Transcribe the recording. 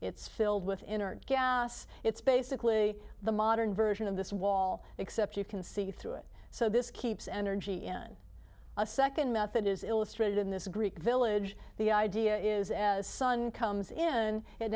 it's filled with inert gas it's basically the modern version of this wall except you can see through it so this keeps energy in a second method is illustrated in this greek village the idea is as sun comes in